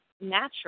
natural